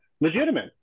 legitimate